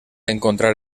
encontrar